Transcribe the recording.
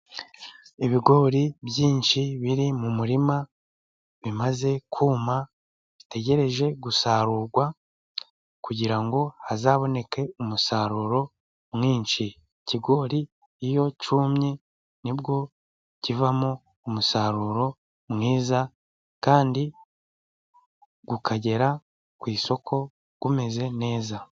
Ibigori byinshi biri mu murima bimaze kuma bitegereje gusarurwa, kugira ngo hazaboneke umusaruro mwinshi. Ikigori iyo cyumye nibwo kivamo umusaruro mwiza, kandi ukagera ku isoko umeze neza.